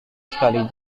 sekali